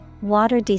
Water